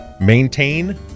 maintain